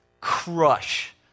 crush